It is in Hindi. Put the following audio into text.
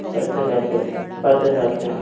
सैतीस हजार के सैंतीस हजार के